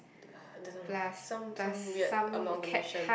I don't know some some weird amalgamation